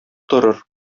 торыр